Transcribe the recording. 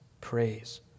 Praise